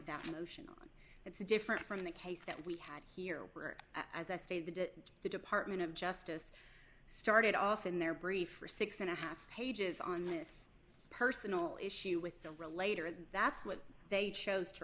that motion it's different from the case that we had here as i stated that the department of justice started off in their brief for six and a half pages on this personal issue with the relator that's what they chose to